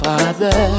Father